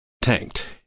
tanked